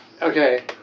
Okay